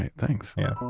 thanks yeah.